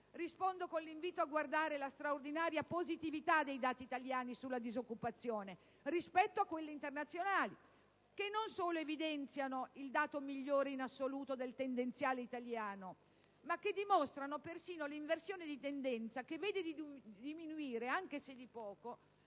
rispondo con l'invito a guardare la straordinaria positività dei dati italiani sulla disoccupazione rispetto a quelli internazionali, che non solo evidenziano il dato migliore in assoluto del tendenziale italiano, ma che dimostrano persino l'inversione di tendenza che vede diminuire (anche se di poco)